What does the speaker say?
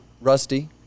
Rusty